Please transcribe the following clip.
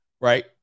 Right